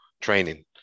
training